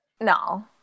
No